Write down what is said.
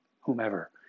whomever